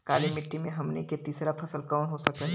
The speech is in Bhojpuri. काली मिट्टी में हमनी के तीसरा फसल कवन हो सकेला?